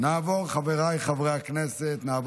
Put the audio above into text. להלן